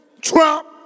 Trump